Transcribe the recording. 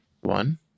One